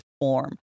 form